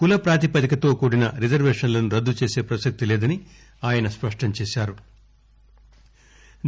కుల ప్రాతిపదికతో కూడిన రిజర్వేషన్లను రద్దుచేసే పసక్తి లేదని ఆయన స్పష్టంచేశారు